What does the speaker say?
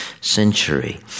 century